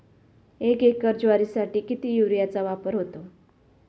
एक एकर ज्वारीसाठी किती युरियाचा वापर होतो?